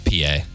PA